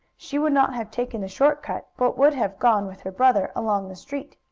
she would not have taken the short cut, but would have gone, with her brother, along the street.